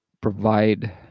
provide